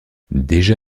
déjà